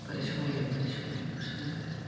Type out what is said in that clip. बोरै समायगोन बोरै समाया बेखौसो नागिरो